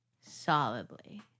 Solidly